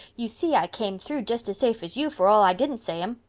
you see i came through just as safe as you for all i didn't say them.